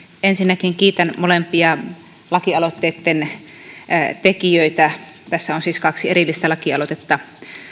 ensinnäkin kiitän molempia lakialoitteen tekijöitä tässä on siis kaksi erillistä lakialoitetta